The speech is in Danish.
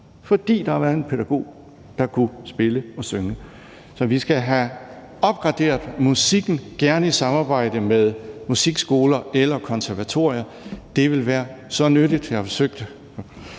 fordi der har været en pædagog, der kunne spille og synge. Så vi skal have opgraderet musikken, gerne i samarbejde med musikskoler eller konservatorier. Det vil være så nyttigt. Jeg har forsøgt